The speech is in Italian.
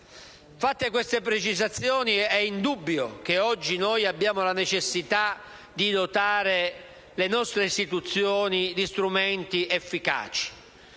Fatte queste precisazioni, è indubbio che oggi noi abbiamo la necessità di dotare le nostre istituzioni di strumenti efficaci.